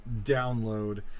Download